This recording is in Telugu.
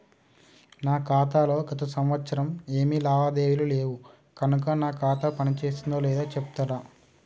నా ఖాతా లో గత సంవత్సరం ఏమి లావాదేవీలు లేవు కనుక నా ఖాతా పని చేస్తుందో లేదో చెప్తరా?